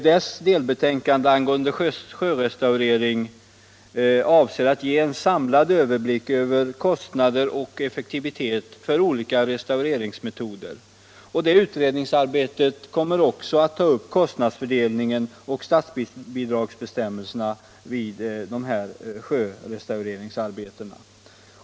Dess delbetänkande angående sjörestaurering avser att ge en samlad överblick över kostnader och effektivitet för olika restaureringsmetoder. Det utredningsarbetet kommer också att ta upp kostnadsfördelningen och statsbidragsbestämmelserna i samband med sjörestaureringsarbetena.